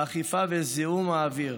האכיפה וזיהום האוויר.